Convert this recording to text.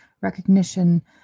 recognition